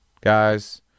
guys